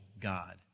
God